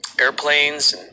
airplanes